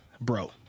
Bro